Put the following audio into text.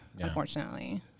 unfortunately